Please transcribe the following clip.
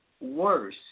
worse